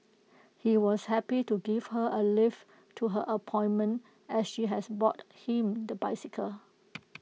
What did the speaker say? he was happy to give her A lift to her appointment as she has bought him the motorcycle